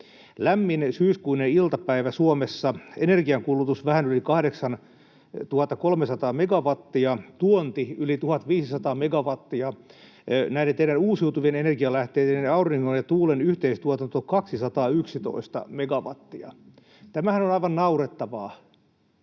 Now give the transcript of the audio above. Lämmin syyskuinen iltapäivä Suomessa: energiankulutus vähän yli 8 300 megawattia, tuonti yli 1 500 megawattia, näiden teidän uusiutuvien energialähteiden eli auringon ja tuulen yhteistuotanto 211 megawattia. Tämähän on aivan naurettavaa.